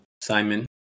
Simon